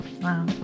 Wow